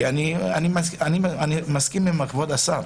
כי אני מסכים עם כבוד השר